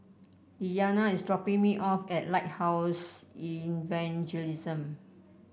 Lilyana is dropping me off at Lighthouse Evangelism